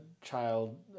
child